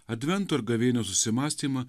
advento ir gavėnios susimąstymą